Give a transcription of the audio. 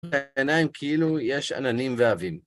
העיניים כאילו יש עננים ועבים.